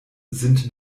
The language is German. sind